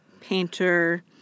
painter